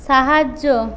সাহায্য